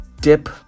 dip